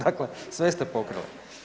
Dakle, sve ste pokrili.